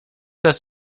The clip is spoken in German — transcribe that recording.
das